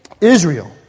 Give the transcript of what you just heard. Israel